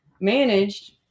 managed